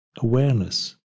awareness